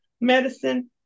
medicine